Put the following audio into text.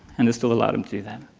and this tool allowed him to do that.